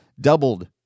doubled